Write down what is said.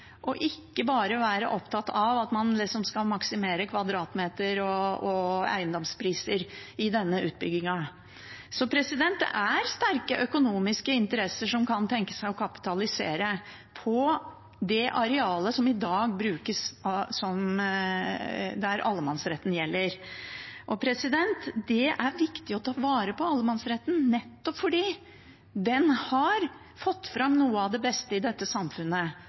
og ikke bare være opptatt av at man skal maksimere kvadratmeter og eiendomspriser i denne utbyggingen. Det er sterke økonomiske interesser som kan tenke seg å kapitalisere på det arealet som i dag brukes, og der allemannsretten gjelder. Det er viktig å ta vare på allemannsretten nettopp fordi den har fått fram noe av det beste i dette samfunnet